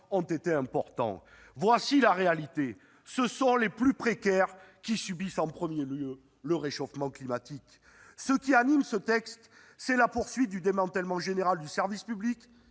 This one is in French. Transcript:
ont été importants. Voici la réalité : ce sont les plus précaires qui subissent en premier lieu le réchauffement climatique. Ce qui anime ce projet de loi, c'est la poursuite du démantèlement général du service public,